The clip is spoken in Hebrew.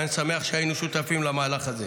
ואני שמח שהיינו שותפים למהלך הזה.